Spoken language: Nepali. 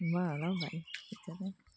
भयो होला हौ भाइ